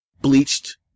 Bleached